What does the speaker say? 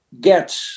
get